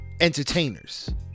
entertainers